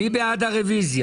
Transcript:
מי בעד קבלת הרוויזיה?